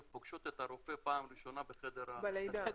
פוגשות את הרופא פעם ראשונה בחדר הלידה.